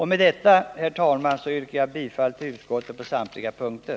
Med detta yrkar jag, herr talman, bifall till utskottets hemställan på samtliga punkter.